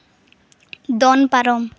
ᱫᱚᱱ ᱯᱟᱨᱚᱢ